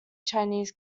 chinese